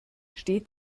steht